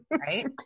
right